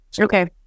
Okay